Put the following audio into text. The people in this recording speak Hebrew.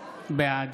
(קורא בשמות חברי הכנסת) גדי איזנקוט, בעד